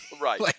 Right